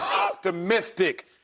optimistic